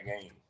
game